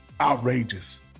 outrageous